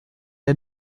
est